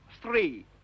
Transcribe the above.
three